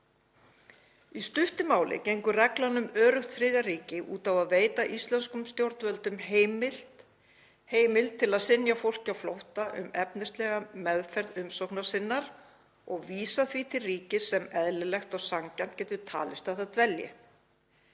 Í stuttu máli gengur reglan um öruggt þriðja ríki út á að veita íslenskum stjórnvöldum heimild til að synja fólki á flótta um efnislega meðferð umsóknar sinnar og vísa því til ríkis sem eðlilegt og sanngjarnt geti talist að það dvelji